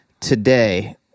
Today